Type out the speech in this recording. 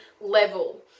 level